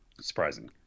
surprising